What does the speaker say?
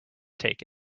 take